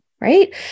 right